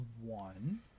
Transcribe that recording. one